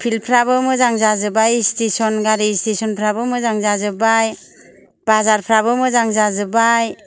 field फ्राबो मोजां जाजोब्बाय स्टेसन गारि स्टेसन फ्राबो मोजां जाजोब्बाय बाजारफ्राबो मोजां जाजोब्बाय